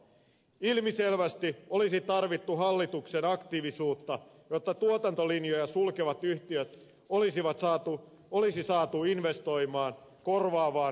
ilmiselvästi olisi tarvittu hallituksen aktiivisuutta jotta tuotantolinjoja sulkevat yhtiöt olisi saatu investoimaan korvaavaan biopohjaiseen tuotantoon